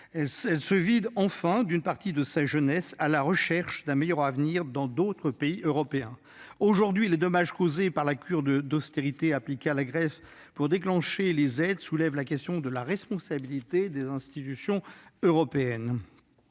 État se vide d'une partie de sa jeunesse, à la recherche d'un meilleur avenir dans d'autres pays européens. Aujourd'hui, les dommages causés par la cure d'austérité appliquée à la Grèce en contrepartie des aides qui lui ont été accordées soulèvent la question de la responsabilité des institutions européennes.